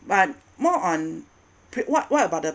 but more on what what about the